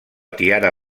tiara